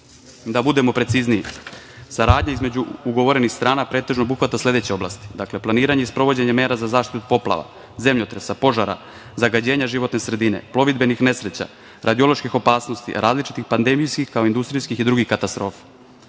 budemo precizniji, saradnja između ugovorenih strana pretežno obuhvata sledeće oblasti: Dakle, planiranje i sprovođenje mera za zaštitu od poplava, zemljotresa, požara, zagađenja životne sredine, plovidbenih nesreća, radioloških opasnosti, različitih pandemijskih, kao i industrijskih i drugih katastrofa,